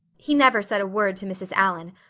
he never said a word to mrs. allan,